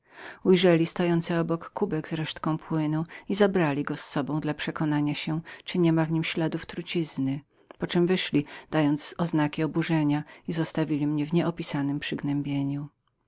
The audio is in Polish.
ujrzeli stojący obok kubek z resztką płynu i zabrali go z sobą dla przekonania się czyli nie było w nim śladów trucizny poczem wyszli wzruszając ramionami i zostawili mnie w nieopisanem pognębieniu